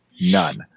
None